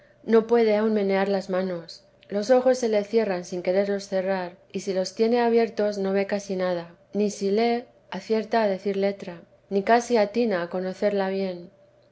no puede aun menear las manos los ojos se le cierran sin quererlos cerrar y si los tiene abiertos no ve casi nada ni si lee acierta a decir letra ni casi atina a conocerla bien